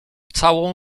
całą